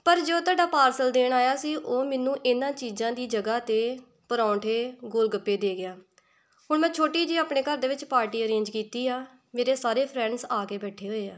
ਪਰ ਜੋ ਤੁਹਾਡਾ ਪਾਰਸਲ ਦੇਣ ਆਇਆ ਸੀ ਉਹ ਮੈਨੂੰ ਇਹਨਾਂ ਚੀਜ਼ਾਂ ਦੀ ਜਗ੍ਹਾ 'ਤੇ ਪਰੌਂਠੇ ਗੋਲਗੱਪੇ ਦੇ ਗਿਆ ਹੁਣ ਮੈਂ ਛੋਟੀ ਜਿਹੀ ਆਪਣੇ ਘਰ ਦੇ ਵਿੱਚ ਪਾਰਟੀ ਅਰੇਂਜ ਕੀਤੀ ਆ ਮੇਰੇ ਸਾਰੇ ਫਰੈਂਡਸ ਆ ਕੇ ਬੈਠੇ ਹੋਏ ਆ